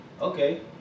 Okay